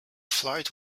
flight